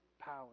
power